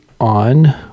on